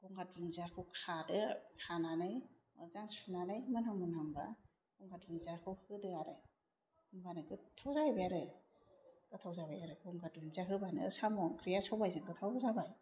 गंगार दुनदियाखौ खादो खानानै मोजां सुनानै मोनहां मोनहांबा गंगार दुनदियाखौ होदो आरो होनबानो गोथाव जाहैबाय आरो गोथाव जाबाय आरो गंगार दुनदिया होबानो ओंख्रिया सबाइजों गोथाव जाबाय